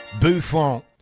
Buffon